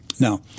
Now